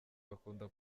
bakunda